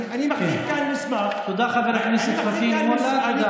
אני מחזיק כאן מסמך, תודה, חבר הכנסת פטין מולא.